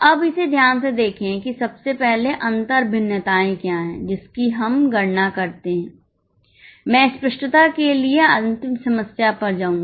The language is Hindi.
अब इसे ध्यान से देखें कि सबसे पहले अंतर भिन्नताएं क्या हैं जिनकी हम गणना करते हैं मैं स्पष्टता के लिए अंतिम समस्या पर जाऊंगा